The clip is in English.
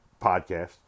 podcast